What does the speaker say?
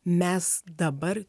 mes dabar